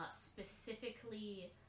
specifically